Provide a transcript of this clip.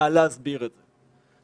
קל להסביר את זה.